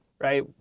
right